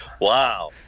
Wow